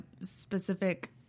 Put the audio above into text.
specific